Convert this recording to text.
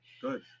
Good